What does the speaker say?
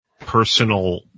personal